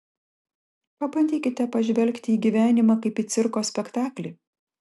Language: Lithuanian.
pabandykite pažvelgti į gyvenimą kaip į cirko spektaklį